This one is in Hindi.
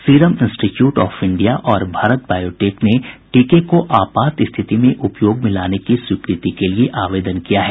सीरम इन्स्टीट्यूट ऑफ इंडिया और भारत बायोटेक ने टीके को आपात स्थिति में उपयोग में लाने की स्वीकृति के लिए आवेदन किया है